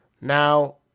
now